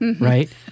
Right